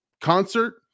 Concert